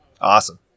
Awesome